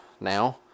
now